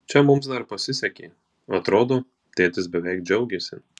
čia mums dar pasisekė atrodo tėtis beveik džiaugėsi